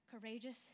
courageous